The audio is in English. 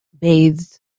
bathed